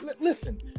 Listen